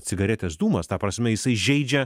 cigaretės dūmas ta prasme jisai žeidžia